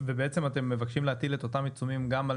ובעצם אתם מבקשים להטיל את אותם עיצומים גם על